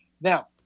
Now